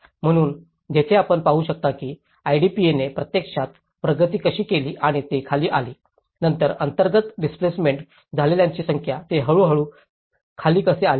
म्हणून येथे आपण पाहू शकता की आयडीपीने प्रत्यक्षात प्रगती कशी केली आणि ते खाली आले नंतर अंतर्गत डिस्प्लेसिड झालेल्यांची संख्या ते हळूहळू खाली कसे आले आहेत